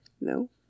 No